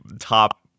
top